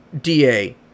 DA